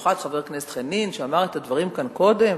ובמיוחד חבר הכנסת חנין שאמר את הדברים כאן קודם: